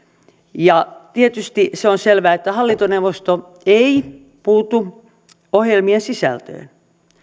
ja tietysti se on selvää että hallintoneuvosto ei puutu ohjelmien sisältöön